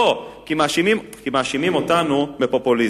לא, כי מאשימים אותנו בפופוליזם.